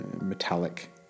metallic